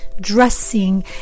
dressing